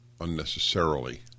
unnecessarily